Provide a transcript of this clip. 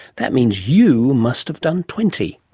that means you must have done twenty.